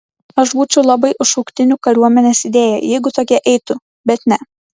aš būčiau labai už šauktinių kariuomenės idėją jeigu tokie eitų bet ne